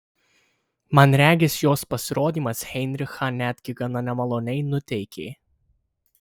man regis jos pasirodymas heinrichą netgi gana nemaloniai nuteikė